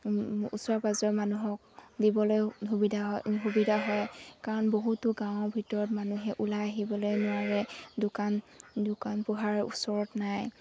ওচৰে পাজৰে মানুহক দিবলৈ সুবিধা হয় সুবিধা হয় কাৰণ বহুতো গাঁৱৰ ভিতৰত মানুহে ওলাই আহিবলৈ নোৱাৰে দোকান দোকান পোহাৰ ওচৰত নাই